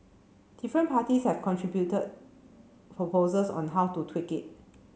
different parties have contributed proposals on how to tweak it